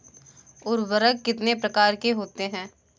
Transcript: उर्वरक कितने प्रकार के होते हैं?